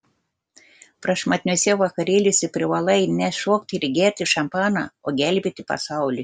prašmatniuose vakarėliuose privalai ne šokti ir gerti šampaną o gelbėti pasaulį